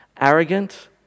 Arrogant